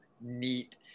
neat